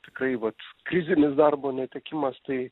tikrai vat krizinis darbo netekimas tai